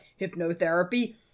hypnotherapy